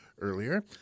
earlier